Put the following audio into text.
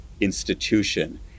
institution